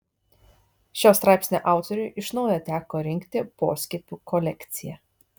šio straipsnio autoriui iš naujo teko rinkti poskiepių kolekciją